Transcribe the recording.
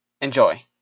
Enjoy